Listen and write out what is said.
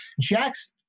Jack's